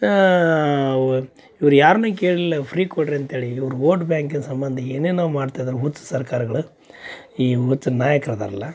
ಆವ ಇವ್ರ ಯಾರನ್ನೂ ಕೇಳಲಿಲ್ಲ ಫ್ರೀ ಕೊಡಿರಿ ಅಂತೇಳಿ ಇವ್ರ ಓಟ್ ಬ್ಯಾಂಕಿನ ಸಂಬಂಧ ಏನೇನೋ ಮಾಡ್ತಿದ್ದಾರೆ ಹುಚ್ಚ ಸರ್ಕಾರಗಳು ಈ ಹುಚ್ಚು ನಾಯಕ್ರು ಅದಾರಲ್ಲ